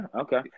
okay